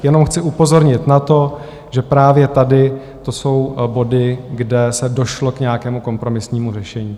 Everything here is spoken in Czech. Jenom chci upozornit na to, že právě tady to jsou body, kde se došlo k nějakému kompromisnímu řešení.